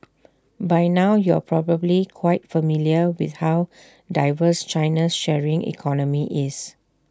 by now you're probably quite familiar with how diverse China's sharing economy is